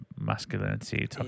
masculinity